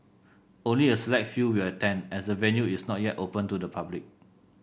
only a select few will attend as the venue is not yet open to the public